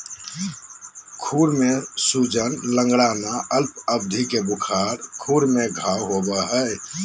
खुर में सूजन, लंगड़ाना, अल्प अवधि के बुखार, खुर में घाव होबे हइ